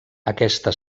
aquesta